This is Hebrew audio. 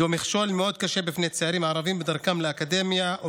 זהו מכשול מאוד קשה בפני צעירים ערבים בדרכם לאקדמיה או